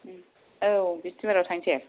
औ बिसतिबाराव थांसै